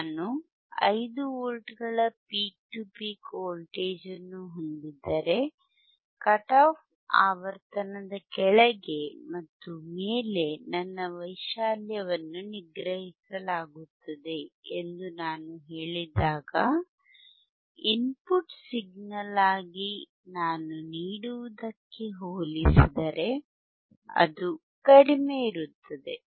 ನಾನು 5 ವೋಲ್ಟ್ಗಳ peak to peak voltage ಅನ್ನು ಹೊಂದಿದ್ದರೆ ಕಟ್ ಆಫ್ ಆವರ್ತನದ ಕೆಳಗೆ ಮತ್ತು ಮೇಲೆ ನನ್ನ ವೈಶಾಲ್ಯವನ್ನು ನಿಗ್ರಹಿಸಲಾಗುತ್ತದೆ ಎಂದು ನಾನು ಹೇಳಿದಾಗ ಇನ್ಪುಟ್ ಸಿಗ್ನಲ್ ಆಗಿ ನಾನು ನೀಡುವದಕ್ಕೆ ಹೋಲಿಸಿದರೆ ಅದು ಕಡಿಮೆ ಇರುತ್ತದೆ